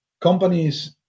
companies